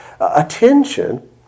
attention